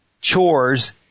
chores